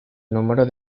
número